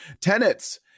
Tenets